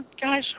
guys